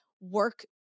work